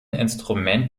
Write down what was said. instrument